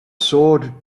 sword